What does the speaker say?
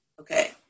Okay